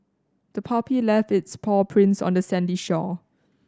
the puppy left its paw prints on the sandy shore